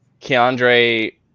Keandre